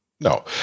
No